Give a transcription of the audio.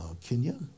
Kenya